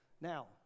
now